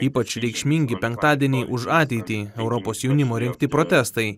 ypač reikšmingi penktadieniai už ateitį europos jaunimo rengti protestai